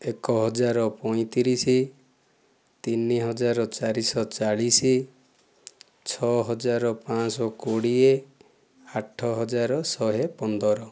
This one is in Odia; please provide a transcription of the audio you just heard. ଏକ ହଜାର ପଇଁତିରିଶ ତିନିହଜାର ଚାରିଶହ ଚାଳିଶ ଛଅ ହଜାର ପାଞ୍ଚଶହ କୋଡ଼ିଏ ଆଠ ହଜାର ଶହେ ପନ୍ଦର